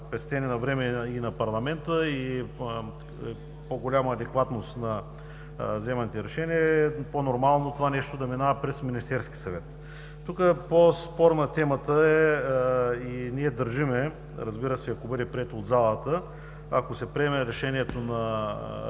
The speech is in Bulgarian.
пестене на време на парламента и по-голяма адекватност на вземаните решения е по-нормално това нещо да минава през Министерския съвет. Тук по-спорна е темата, и ние държим, разбира се, ако бъде прието от залата решението да